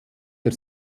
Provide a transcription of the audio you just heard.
der